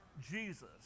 Jesus